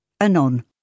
Anon